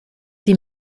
sie